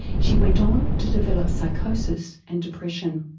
she went on to develop psychosis and depression.